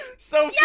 so yeah